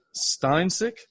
Steinsick